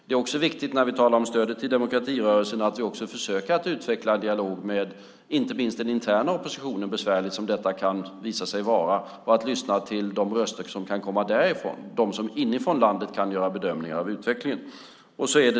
Det är också viktigt när vi talar om stödet till demokratirörelsen att vi försöker att utveckla en dialog med inte minst den interna oppositionen, besvärligt som detta kan visa sig vara, och att lyssna till de röster som kan komma därifrån, de som inifrån landet kan göra bedömningar av utvecklingen.